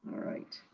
right,